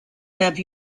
have